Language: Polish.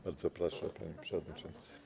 Bardzo proszę, panie przewodniczący.